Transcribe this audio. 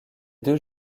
deux